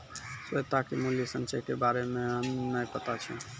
श्वेता के मूल्य संचय के बारे मे नै पता छै